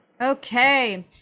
okay